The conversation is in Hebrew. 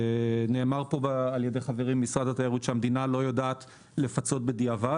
נאמר פה על ידי חברי ממשרד התיירות שהמדינה לא יודעת לפצות בדיעבד,